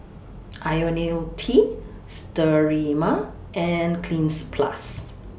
Ionil T Sterimar and Cleanz Plus